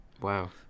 Wow